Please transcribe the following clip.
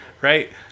right